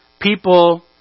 people